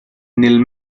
nel